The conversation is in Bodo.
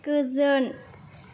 गोजोन